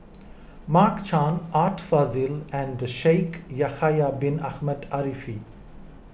Mark Chan Art Fazil and Shaikh Yahya Bin Ahmed Afifi